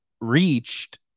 reached